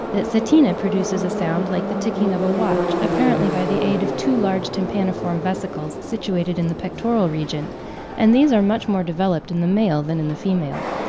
that setina produces a sound like the ticking of a watch, apparently by the aid of two large tympaniform vesicles, situated in the pectoral region and these are much more developed in the male than in the female.